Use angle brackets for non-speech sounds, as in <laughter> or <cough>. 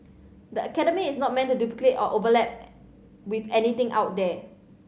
the academy is not meant to duplicate or overlap <hesitation> with anything out there